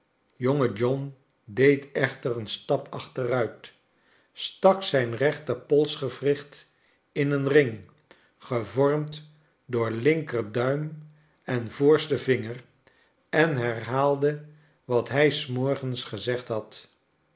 jonge john deed echter een stap achteruit stak zijn rechter polsgewricht in een ring gevormd door linker duim en voorsten vinger en herhaalde wat hij s morgens geze d had